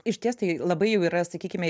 išties tai labai jau yra sakykime